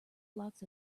blocks